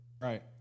Right